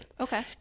Okay